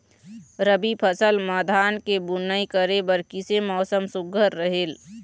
रबी फसल म धान के बुनई करे बर किसे मौसम सुघ्घर रहेल?